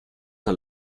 are